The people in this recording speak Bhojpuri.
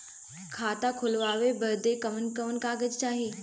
खाता खोलवावे बादे कवन कवन कागज चाही?